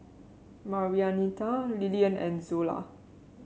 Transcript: Marianita Lillian and Zola